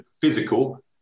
physical